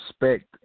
respect